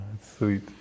Sweet